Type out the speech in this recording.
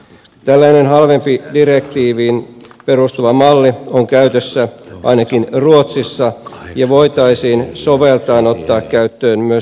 tällainen halvempi direktiiviin perustuva malli on käytössä ainakin ruotsissa ja se voitaisiin soveltaen ottaa käyttöön myös suomessa